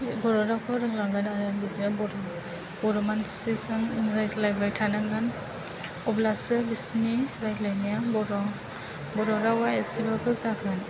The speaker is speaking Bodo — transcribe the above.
बर' रावखौ रोंलांगोन आरो बिदिनो बर' बर' मानसिजों रायज्लायबाय थानांगोन अब्लासो बिसोरनि रायलायानाया बर' बर' रावा एसेबाबो जागोन